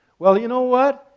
well you know what,